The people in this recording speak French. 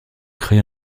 crée